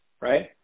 Right